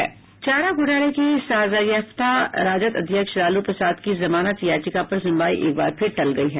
चारा घोटाले के सजायाफ्ता राजद अध्यक्ष लालू प्रसाद की जमानत याचिका पर सुनवाई एक बार फिर टल गई है